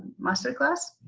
master class,